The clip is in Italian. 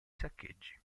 saccheggi